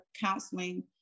counseling